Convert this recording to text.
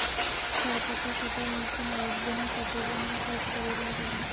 চা পাতা কাটার মেশিন এক দিনে কতজন এর কাজ করিবার পারে?